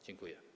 Dziękuję.